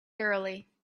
thoroughly